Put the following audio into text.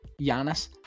Giannis